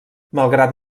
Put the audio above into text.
malgrat